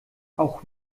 auch